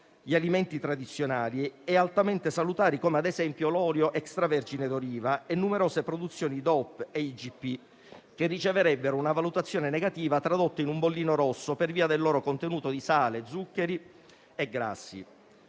gli alimenti tradizionali e altamente salutari come, ad esempio, l'olio extravergine d'oliva e numerose produzioni DOP e IGP, che riceverebbero una valutazione negativa tradotta in un bollino rosso per via del loro contenuto di sale, zuccheri e grassi.